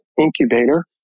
incubator